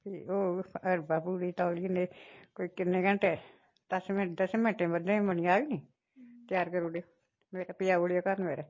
ते होग हलबा पूड़ी ते कोई किन्ने घैंटे दस मैंट्ट दस्सें मैंट्टे बनी जाह्ग नी त्यार करी उड़ेओ नि ते पजाई उड़ेओ घर मेरे